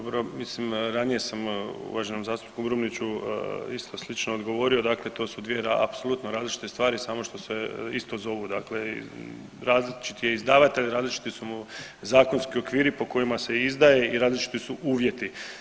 Dobro, mislim ranije sam uvaženom zastupniku Brumniću isto slično odgovorio, dakle to su dvije apsolutno različite stvari samo što se isto zovu, dakle različit je izdavatelj, različiti su mu zakonski okviri po kojima se izdaje i različiti su uvjeti.